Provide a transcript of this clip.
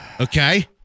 Okay